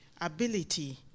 ability